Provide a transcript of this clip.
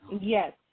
Yes